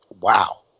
wow